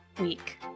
week